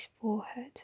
forehead